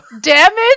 Damage